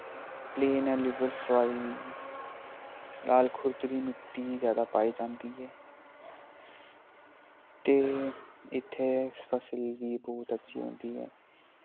plain alluvial soil लाल खुरदरी मिट्टी जै दा पाई जंदी ऐ ते इत्थे फसल वी बोह्त अच्छी होंदी ऐ